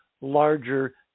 larger